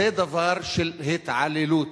זה דבר של התעללות.